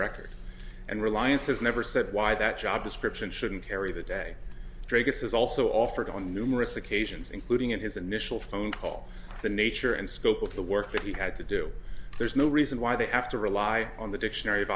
record and reliances never said why that job description shouldn't carry the day dreyfus is also offered on numerous occasions including in his initial phone call the nature and scope of the work that he had to do there's no reason why they have to rely on the dictionary of